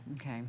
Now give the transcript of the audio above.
Okay